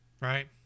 right